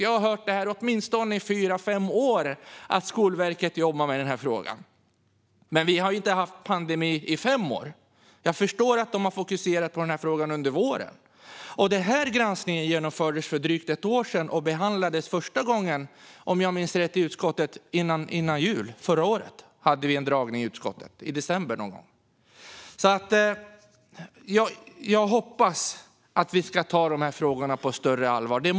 Jag har i åtminstone fyra fem år hört att Skolverket jobbar med denna fråga, men vi har inte haft en pandemi i fem år. Jag förstår dock att man har fokuserat på denna fråga under våren. Denna granskning genomfördes för drygt ett år sedan, och i december förra året hade vi en dragning i utskottet. Jag hoppas att dessa frågor ska tas på större allvar.